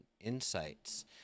insights